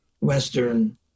Western